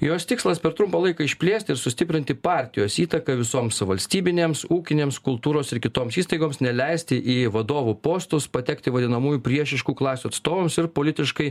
jos tikslas per trumpą laiką išplėsti ir sustiprinti partijos įtaką visoms valstybinėms ūkinėms kultūros ir kitoms įstaigoms neleisti į vadovų postus patekti vadinamųjų priešiškų klasių atstovams ir politiškai